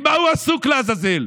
במה הוא עסוק, לעזאזל?